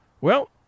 Well